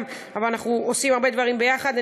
אנחנו עושים הרבה דברים יחד.